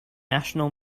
national